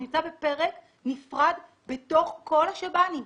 היא נמצאת בפרק נפרד בתוך כל השב"נים,